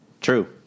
True